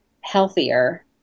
healthier